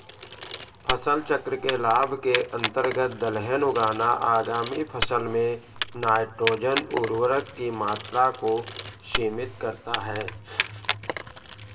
फसल चक्र के लाभ के अंतर्गत दलहन उगाना आगामी फसल में नाइट्रोजन उर्वरक की मात्रा को सीमित करता है